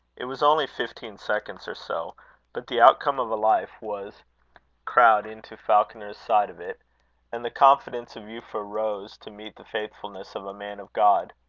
it was only fifteen seconds or so but the outcome of a life was crowded into falconer's side of it and the confidence of euphra rose to meet the faithfulness of a man of god.